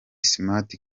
smart